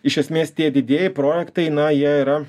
iš esmės tie didieji projektai na jie yra